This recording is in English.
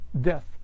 death